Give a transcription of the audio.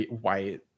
white